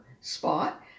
spot